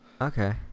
Okay